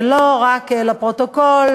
ולא רק לפרוטוקול.